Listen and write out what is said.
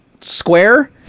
square